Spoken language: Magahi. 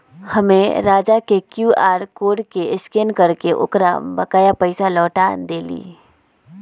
हम्मे राजा के क्यू आर कोड के स्कैन करके ओकर बकाया पैसा लौटा देली